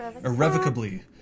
irrevocably